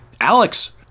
Alex